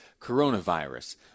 coronavirus